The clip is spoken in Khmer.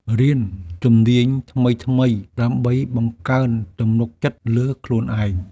រៀនជំនាញថ្មីៗ ដើម្បីបង្កើនទំនុកចិត្តលើខ្លួនឯង។